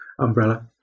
umbrella